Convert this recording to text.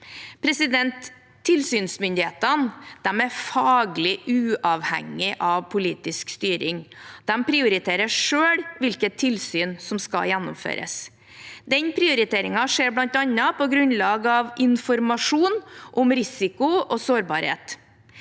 Tilsynsmyndighetene er faglig uavhengige av politisk styring. De prioriterer selv hvilke tilsyn som skal gjennomføres. Den prioriteringen skjer bl.a. på grunnlag av informasjon om risiko og sårbarhet.